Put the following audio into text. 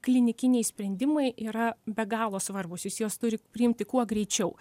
klinikiniai sprendimai yra be galo svarbūs jis juos turi priimti kuo greičiau